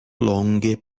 longe